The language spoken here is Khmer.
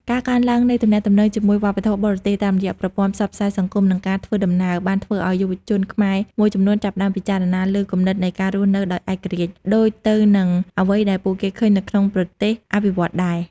ការកើនឡើងនៃការទំនាក់ទំនងជាមួយវប្បធម៌បរទេស តាមរយៈប្រព័ន្ធផ្សព្វផ្សាយសង្គម និងការធ្វើដំណើរ បានធ្វើឱ្យយុវជនខ្មែរមួយចំនួនចាប់ផ្តើមពិចារណាលើគំនិតនៃការរស់នៅដោយឯករាជ្យ ដូចទៅនឹងអ្វីដែលពួកគេឃើញនៅក្នុងប្រទេសអភិវឌ្ឍន៍ដែរ។